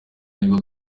nibwo